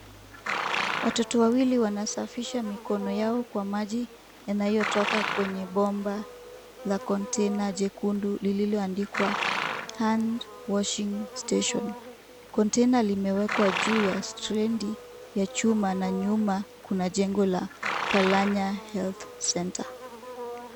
Watoto wawili wanasafisha mikono yao kwa maji yanayotoka kwenye bomba la kontena jekundu lililoandikwa HAND WASHING STATION . Kontena limewekwa juu ya stendi ya chuma na nyuma kuna jengo ya PALANYA HEALTH CENTER.